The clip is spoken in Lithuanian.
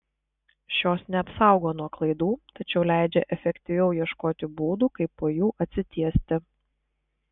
šios neapsaugo nuo klaidų tačiau leidžia efektyviau ieškoti būdų kaip po jų atsitiesti